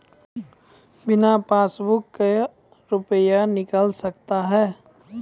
बिना पासबुक का रुपये निकल सकता हैं?